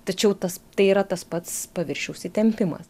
tačiau tas tai yra tas pats paviršiaus įtempimas